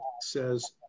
says